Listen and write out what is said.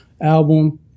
album